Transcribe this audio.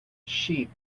sheep